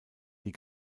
die